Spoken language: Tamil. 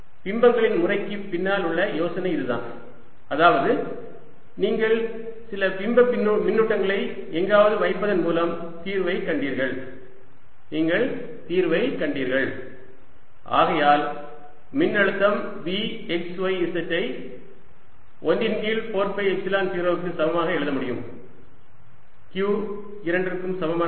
பிம்பங்களின் முறைக்குப் பின்னால் உள்ள யோசனை இதுதான் அதாவது நீங்கள் சில பிம்ப மின்னூட்டங்களை எங்காவது வைப்பதன் மூலம் தீர்வைக் கண்டீர்கள் நீங்கள் தீர்வைக் கண்டீர்கள் ஆகையால் மின்னழுத்தம் V x y z ஐ 1 இன் கீழ் 4 பை எப்சிலன் 0 க்கு சமமாக எழுத முடியும் q இரண்டிற்கும் சமமானது